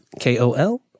k-o-l